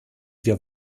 wir